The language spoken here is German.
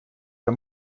der